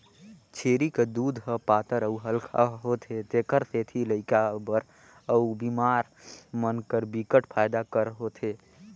छेरी कर दूद ह पातर अउ हल्का होथे तेखर सेती लइका बर अउ बेमार मन बर बिकट फायदा कर होथे